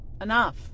enough